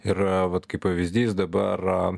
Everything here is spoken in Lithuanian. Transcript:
ir vat kaip pavyzdys dabar